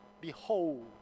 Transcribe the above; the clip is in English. behold